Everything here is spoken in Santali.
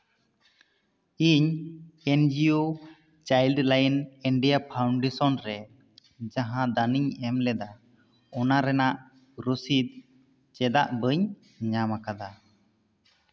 ᱤᱧ NGO Childline India Foundation ᱨᱮ ᱡᱟᱦᱟᱸ ᱫᱟᱱ ᱤᱧ ᱮᱢ ᱞᱮᱫᱟ ᱚᱱᱟ ᱨᱮᱱᱟᱜ ᱨᱩᱥᱤᱫ ᱪᱮᱫᱟᱜ ᱵᱟᱹᱧ ᱧᱟᱢ ᱟᱠᱟᱫᱟ